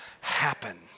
happen